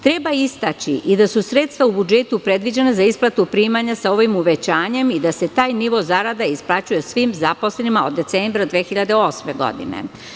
Treba istaći i da su sredstva u budžetu predviđena za isplatu primanja sa ovim uvećanjem i da se taj nivo zarada isplaćuje svim zaposlenima od decembra 2008. godine.